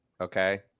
Okay